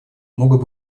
могут